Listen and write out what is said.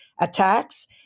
attacks